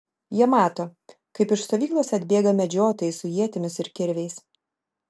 jie mato kaip iš stovyklos atbėga medžiotojai su ietimis ir kirviais